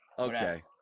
Okay